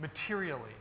materially